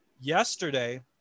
yesterday